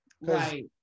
right